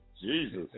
Jesus